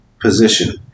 position